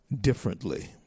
Differently